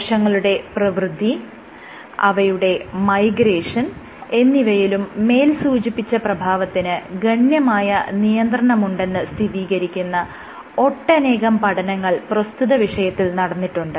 കോശങ്ങളുടെ പ്രവൃദ്ധി അവയുടെ മൈഗ്രേഷൻ എന്നിവയിലും മേൽ സൂചിപ്പിച്ച പ്രഭാവത്തിന് ഗണ്യമായ നിയന്ത്രണമുണ്ടെന്ന് സ്ഥിതീകരിക്കുന്ന ഒട്ടനേകം പഠനങ്ങൾ പ്രസ്തുത വിഷയത്തിൽ നടന്നിട്ടുണ്ട്